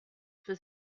for